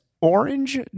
Orange